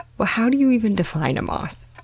but how do you even define a moss?